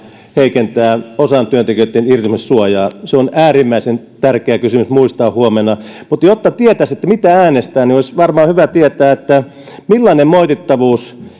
heikentää irtisanomissuojaa osalla työntekijöistä se on äärimmäisen tärkeä kysymys muistaa huomenna mutta jotta tietäisi mitä äänestää olisi varmaan hyvä tietää millainen moitittavuus